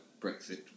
Brexit